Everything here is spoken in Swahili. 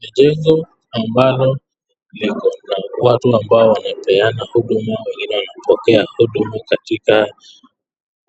Ni jengo ambalo liko na watu ambao wanapeana huduma wengine wanapokea huduma katika